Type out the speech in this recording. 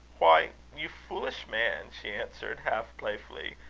why, you foolish man! she answered, half playfully,